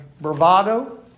bravado